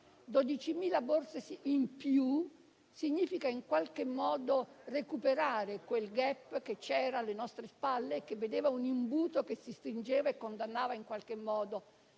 12.000 borse in più significa in qualche modo recuperare quel *gap*, che era alle nostre spalle e che vedeva un imbuto che si stringeva e condannava in qualche modo,